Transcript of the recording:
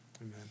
Amen